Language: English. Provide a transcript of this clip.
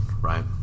right